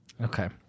Okay